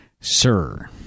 sir